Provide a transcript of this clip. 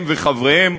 הם וחבריהם,